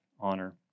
honor